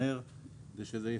שניתן.